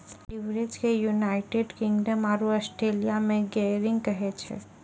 leverage के United Kingdom आरो Australia मे गियरिंग कहै छै